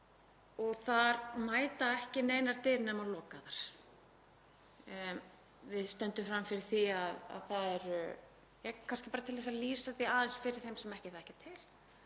Þar mæta ekki neinar dyr nema lokaðar. Við stöndum frammi fyrir því að það er — kannski bara til að lýsa því aðeins fyrir þeim sem ekki þekkja til